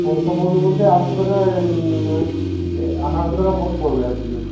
পয়সা পড়বে বলতে আটশো টাকায় এ আঠারোশো টাকা মোট পড়বে আর কি